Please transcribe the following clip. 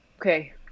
Okay